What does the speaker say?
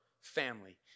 family